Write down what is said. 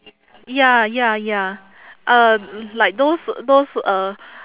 ya ya ya uh like those those uh